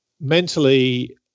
mentally